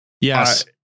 Yes